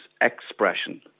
expression